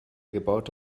gebaute